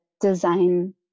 design